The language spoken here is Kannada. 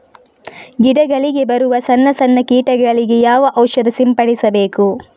ಗಿಡಗಳಿಗೆ ಬರುವ ಸಣ್ಣ ಸಣ್ಣ ಕೀಟಗಳಿಗೆ ಯಾವ ಔಷಧ ಸಿಂಪಡಿಸಬೇಕು?